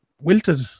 wilted